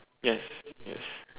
yes yes